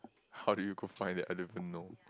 how do you go find that I don't even know